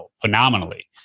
phenomenally